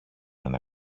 ένα